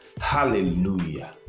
hallelujah